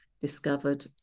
discovered